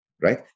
right